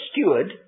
steward